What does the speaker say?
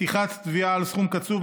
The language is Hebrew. פתיחת תביעה על סכום קצוב),